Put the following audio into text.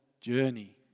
journey